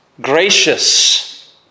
gracious